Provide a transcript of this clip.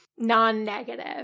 Non-negative